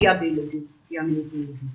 פגיעה מינית בילדים.